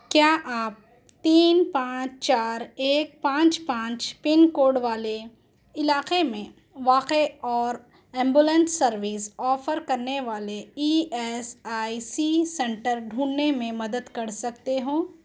کیا آپ تین پانچ چار ایک پانچ پانچ پن کوڈ والے علاقے میں واقع اور ایمبولینس سروس آفر کرنے والے E S I C centre ڈھونڈنے میں مدد کر سکتے ہوں